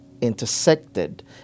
intersected